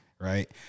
right